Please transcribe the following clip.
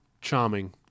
charming